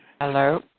Hello